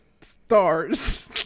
stars